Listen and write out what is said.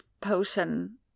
potion